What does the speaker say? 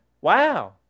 Wow